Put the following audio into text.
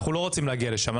אנחנו לא רוצים להגיע לשם,